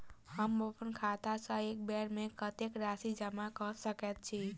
हम अप्पन खाता सँ एक बेर मे कत्तेक राशि जमा कऽ सकैत छी?